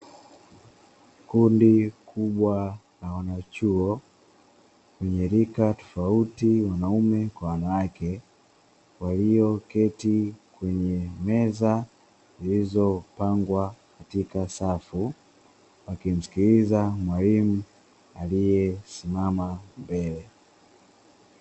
Kundi kubwa la wanachuo wenye rika tofauti wanaume kwa wanawake walioketi kwenye meza zilizopangwa katika safu, wakimsikiliza mwalimu aliyesimama mbele.